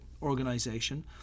organization